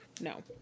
no